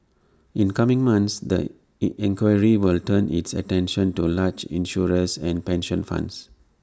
in coming months the inquiry will turn its attention to large insurers and pension funds